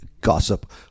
gossip